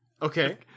Okay